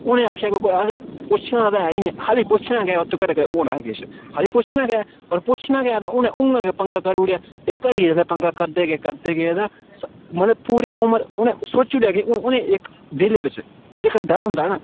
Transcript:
उ'नें आखेआ कि कोई असें ई पुच्छन ते ऐ निं ऐ खा'ल्ली पुच्छना गै ओह् तू केह्ड़ा होना ऐ किश खा'ल्ली पुच्छना गै होर पुच्छना गै ते उ'नें उ'आं गै पंगा करी ओड़ेआ इक हांडियै जिसलै पंगा करदे गे करदे गे ते मतलब पूरी उमर उ'नें सोची ओड़ेआ कि उ'नें इक दिल बिच जेह्का डर होंदा ना